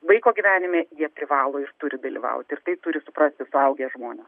vaiko gyvenime jie privalo ir turi dalyvauti ir tai turi suprasti suaugę žmonės